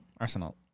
Arsenal